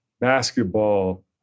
basketball